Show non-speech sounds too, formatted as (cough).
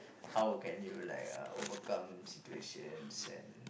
(breath) how can you like uh overcome situations and